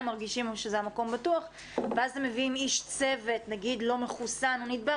הם מרגישים שזה מקום בטוח ואז מביאים איש צוות נגיד לא מחוסן או נדבק